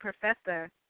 professor